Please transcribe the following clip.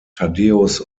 thaddäus